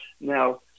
Now